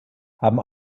haben